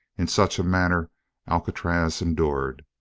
in such a manner alcatraz endured.